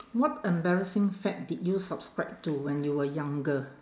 what embarrassing fad did you subscribe to when you were younger